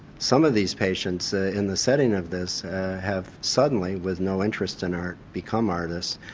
some of these patients ah in the set-in of this have suddenly with no interest in art become artists,